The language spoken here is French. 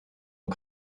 ont